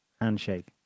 handshake